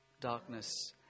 Darkness